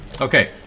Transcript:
Okay